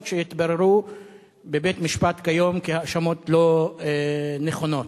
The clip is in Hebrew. שהתבררו בבית-משפט כיום כהאשמות לא נכונות.